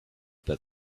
that